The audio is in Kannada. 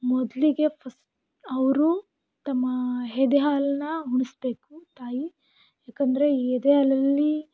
ಮೊದಲಿಗೆ ಫಸ್ಟ್ ಅವರು ತಮ್ಮ ಎದೆಹಾಲನ್ನ ಉಣಿಸ್ಬೇಕು ತಾಯಿ ಯಾಕಂದರೆ ಎದೆಹಾಲಲ್ಲಿ